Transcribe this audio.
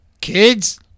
Kids